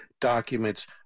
documents